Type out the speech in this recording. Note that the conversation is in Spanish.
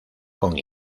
con